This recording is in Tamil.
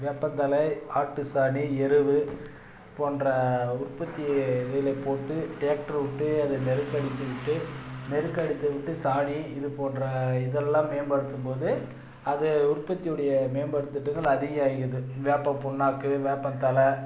வேப்பந்தழை ஆட்டு சாணி எருவு போன்ற உற்பத்திவிதை போட்டு டிராக்டர் விட்டு அதை நெருக்க அடித்து விட்டு நெருக்க அடித்து விட்டு சாணியை இது போன்ற இதெல்லாம் மேம்படுத்தும் போது அது உற்பத்தியுடைய மேம்படுத்திட்டங்கள் அதிக வேப்பம் புண்ணாக்கு வேப்பந்தழை